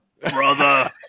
brother